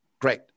Great